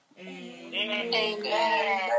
Amen